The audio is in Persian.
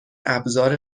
ابزار